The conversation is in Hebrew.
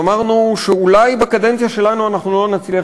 ואמרנו שאולי בקדנציה שלנו אנחנו לא נצליח